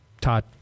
Todd